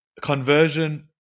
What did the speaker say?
conversion